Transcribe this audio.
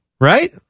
right